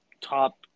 top